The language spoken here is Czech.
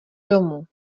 domů